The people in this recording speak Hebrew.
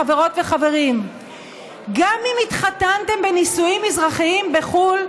חברות וחברים: גם אם התחתנתם בנישואים אזרחיים בחו"ל,